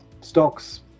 stocks